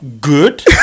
good